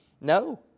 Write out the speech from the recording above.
no